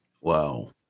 Wow